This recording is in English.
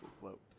float